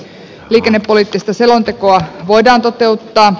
liikennepoliittista selontekoa voidaan toteuttaa